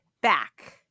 back